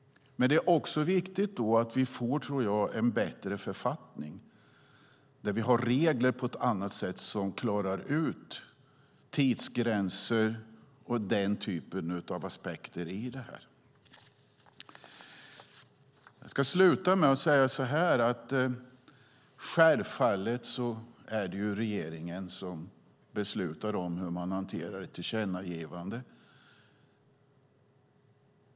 Jag tror också att det är viktigt att vi får en bättre författning där vi har regler som klarar ut tidsgränser och den typen av saker i detta. Jag ska sluta med att säga att det självfallet är regeringen som beslutar om hur den hanterar ett tillkännagivande.